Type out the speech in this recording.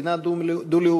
עפו אגבאריה, אורלי לוי